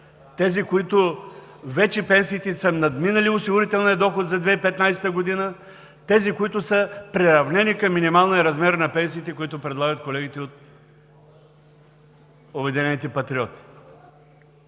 тези, на които вече пенсиите им са надминали осигурителния доход за 2015 г., тези, които са приравнени към минималния размер на пенсиите, които предлагат колегите от „Обединените патриоти“.